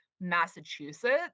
Massachusetts